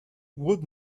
wood